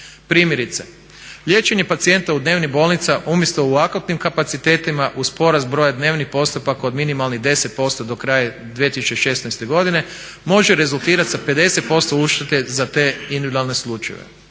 Primjerice, liječenje pacijenta u dnevnim bolnicama umjesto u akutnim kapacitetima uz porast broja dnevnih postupaka od minimalno 10% do kraja 2016. godine može rezultirati sa 50% uštede za te individualne slučajeve.